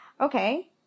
okay